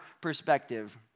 perspective